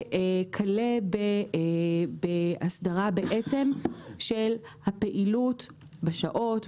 וכלה בהסדרה של הפעילות בשעות,